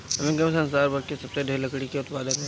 America में संसार भर में सबसे ढेर लकड़ी के उत्पादन बा